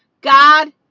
God